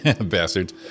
bastards